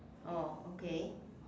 oh okay